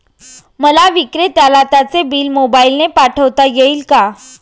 मला विक्रेत्याला त्याचे बिल मोबाईलने पाठवता येईल का?